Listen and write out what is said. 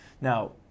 Now